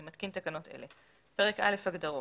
אני מתקין תקנות אלה: הגדרות